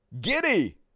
giddy